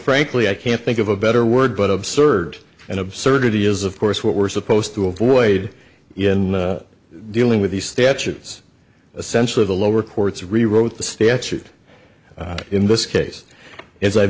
frankly i can't think of a better word but absurd and absurdity is of course what we're supposed to avoid in dealing with these statutes essentially the lower courts rewrote the statute in this case as i've